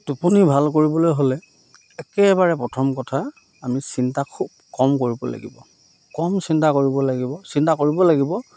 আপুনি ভাল কৰিবলৈ হ'লে একেবাৰে প্ৰথম কথা আমি চিন্তা খুব কম কৰিব লাগিব কম চিন্তা কৰিব লাগিব চিন্তা কৰিব লাগিব